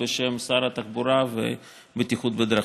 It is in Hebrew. בשם שר התחבורה והבטיחות בדרכים.